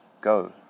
go